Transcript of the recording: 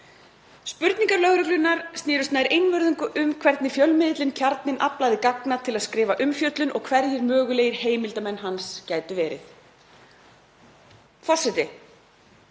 „Spurningar þeirra snerust nær einvörðungu um hvernig fjölmiðillinn Kjarninn aflaði gagna til að skrifa umfjöllun og hverjir mögulegir heimildarmenn hans gætu verið.“ Forseti.